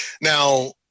Now